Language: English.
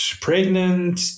pregnant